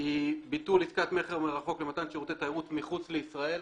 היא ביטול עסקת מכר מרחוק למתן שירותי תיירות מחוץ לישראל.